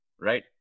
Right